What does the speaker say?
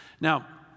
Now